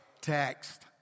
text